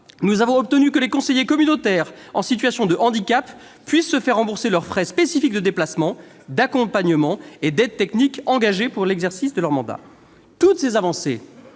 Nous avons obtenu que les conseillers communautaires en situation de handicap puissent se faire rembourser les frais spécifiques de déplacement, d'accompagnement et d'aide technique engagés pour l'exercice de leur mandat. Toutes ces avancées,